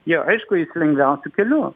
jie aišku eis lengviausiu keliu